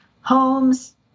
homes